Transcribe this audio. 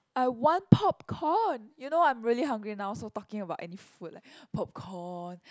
I want popcorn you know I'm really hungry now so talking about any food like popcorn